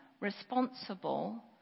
responsible